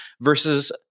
versus